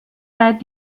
zeit